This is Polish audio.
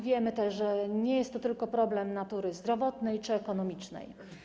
Wiemy, że nie jest to tylko problem natury zdrowotnej czy ekonomicznej.